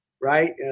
Right